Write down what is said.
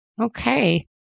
Okay